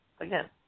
Again